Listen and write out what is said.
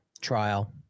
trial